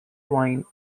wine